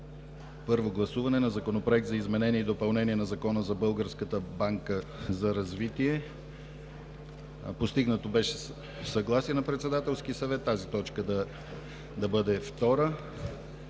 Първо гласуване на Законопроекта за изменение и допълнение на Закона за Българската банка за развитие. Постигнато беше съгласие на Председателски съвет тази точка да бъде втора.